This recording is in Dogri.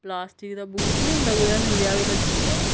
प्लासटिक दा बूट नी होंदा कुदै थल्लेआ गै भज्जी गेआ ओह्